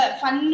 fun